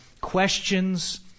questions